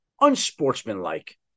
unsportsmanlike